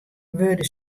wurde